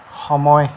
সময়